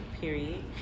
period